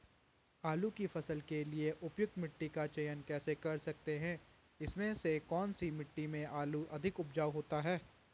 आलू की फसल के लिए उपयुक्त मिट्टी का चयन कैसे कर सकते हैं इसमें से कौन सी मिट्टी में आलू अधिक उपजाऊ होता है?